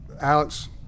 alex